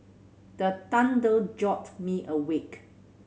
the thunder jolt me awake